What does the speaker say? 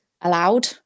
allowed